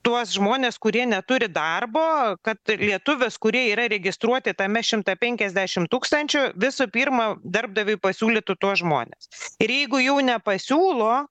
tuos žmones kurie neturi darbo kad lietuvius kurie yra registruoti tame šimta penkiasdešim tūkstančių visų pirma darbdaviui pasiūlytų tuos žmones ir jeigu jau nepasiūlo